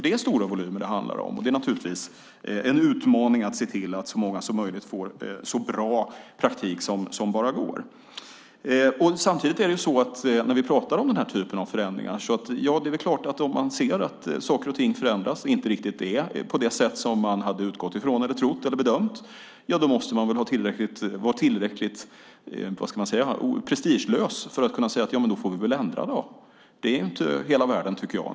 Det är stora volymer det handlar om, och det är naturligtvis en utmaning att se till att så många som möjligt får så bra praktik som det bara går. Samtidigt är det väl klart att om saker och ting förändras och utvecklas på ett annat sätt än man hade trott eller bedömt måste man väl vara tillräckligt prestigelös för att säga: Jamen då får vi väl ändra! Det är ju inte hela världen, tycker jag.